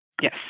Yes